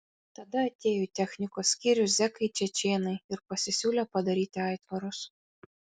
tada atėjo į technikos skyrių zekai čečėnai ir pasisiūlė padaryti aitvarus